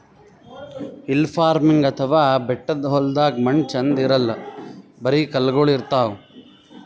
hill farming ಅಥವಾ ಬೆಟ್ಟದ್ ಹೊಲ್ದಾಗ ಮಣ್ಣ್ ಛಂದ್ ಇರಲ್ಲ್ ಬರಿ ಕಲ್ಲಗೋಳ್ ಇರ್ತವ್